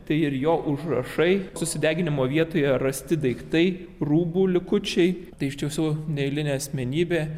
tai ir jo užrašai susideginimo vietoje rasti daiktai rūbų likučiai tai iš tiesų neeilinė asmenybė